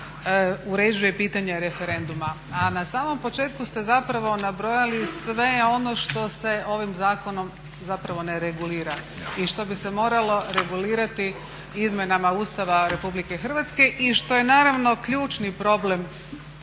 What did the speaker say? uređuje pitanje referenduma. A na samom početku ste zapravo nabrojali sve ono što se ovim zakonom zapravo ne regulira i što bi se moralo regulirati izmjenama Ustava Republike Hrvatske i što je naravno ključni problem